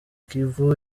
kivu